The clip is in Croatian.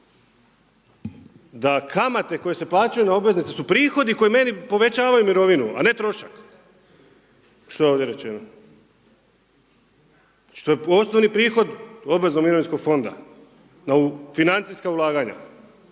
Da kamate koje su plaćaju na obveznice su prihodi koji meni povećavaju mirovinu, a ne trošak, što je ovdje rečeno. Znači to je osnovni prihod obveznog mirovinskog fonda na financijska ulaganja